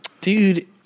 dude